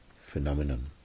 phenomenon